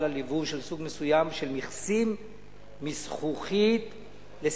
על יבוא של סוג מסוים של מכסים מזכוכית לסירים.